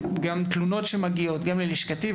תלונות שמגיעות גם ללשכתי,